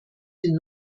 den